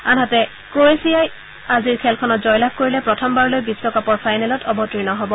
আনহাতে ক্ৰৱেছিয়াই আজিৰ খেলখনত জয়লাভ কৰিলে প্ৰথমবাৰলৈ বিশ্বকাপৰ ফাইনেলত অবতীৰ্ণ হব